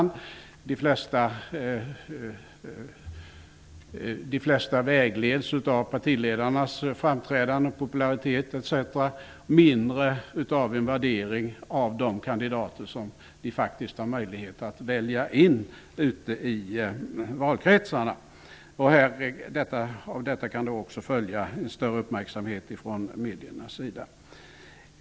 De flesta vägleds av partiledarnas framträdanden och popularitet etc., och mindre av en värdering av de kandidater ute i valkretsarna som de faktiskt har möjlighet att välja in. Av detta kan också följa en större uppmärksamhet från mediernas sida.